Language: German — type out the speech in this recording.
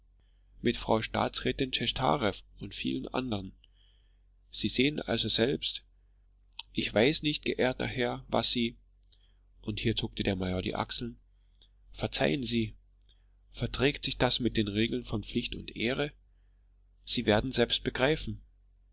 mit frau staatsrätin tschechtarew und vielen anderen sie sehen also selbst ich weiß nicht geehrter herr was sie hier zuckte der major die achseln verzeihen sie verträgt sich das mit den regeln von pflicht und ehre sie werden selbst begreifen